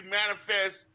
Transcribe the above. manifest